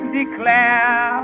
declare